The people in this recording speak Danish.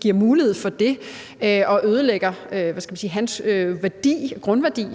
giver mulighed for det og ødelægger hans grundværdi,